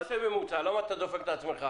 --- אל תעשה ממוצע, למה אתה דופק את עצמך?